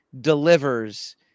delivers